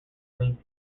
queens